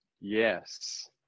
Yes